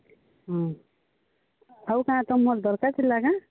ହଁ ଆଉ କାଣା ତୁମର ଦରକାର ଥିଲା କା